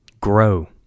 Grow